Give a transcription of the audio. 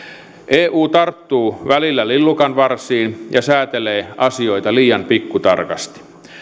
eu tarttuu välillä lillukanvarsiin ja säätelee asioita liian pikkutarkasti